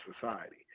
society